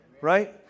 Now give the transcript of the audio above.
Right